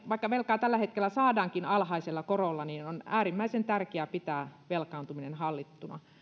vaikka velkaa tällä hetkellä saadaankin alhaisella korolla on äärimmäisen tärkeää pitää velkaantuminen hallittuna